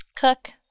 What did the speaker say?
cook